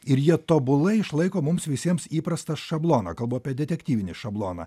ir jie tobulai išlaiko mums visiems įprastą šabloną kalbu apie detektyvinį šabloną